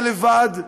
ולבד,